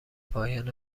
پایان